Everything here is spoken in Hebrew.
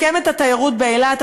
לשקם את התיירות באילת,